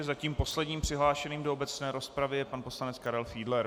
Zatím posledním přihlášeným do obecné rozpravy je pan poslanec Karel Fiedler.